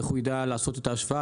איך הוא יידע לעשות את ההשוואה,